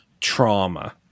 trauma